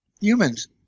humans